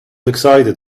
excited